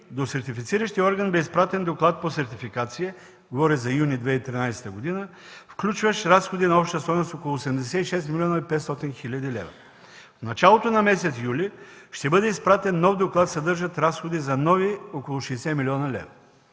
до сертифициращия орган бе изпратен доклад по сертификация, включващ разходи на обща стойност около 86 млн. 500 хил. лв. В началото на месец юли ще бъде изпратен нов доклад, съдържащ разходи за нови около 60 млн. лв.